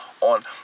on